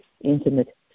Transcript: intimate